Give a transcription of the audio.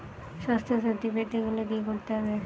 স্বাস্থসাথী পেতে গেলে কি করতে হবে?